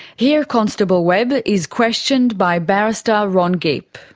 here constable webb is questioned by barrister, ron gipp.